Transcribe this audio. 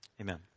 Amen